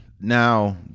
Now